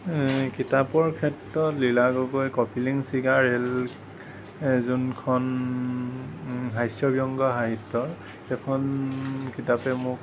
কিতাপৰ ক্ষেত্ৰত লীলা গগৈৰ কপিলিং চিগা ৰেল যোনখন হাস্যবংগ্য সাহিত্যৰ সেইখন কিতাপে মোক